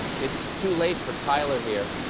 it's too late for tyler here.